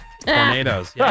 Tornadoes